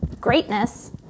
greatness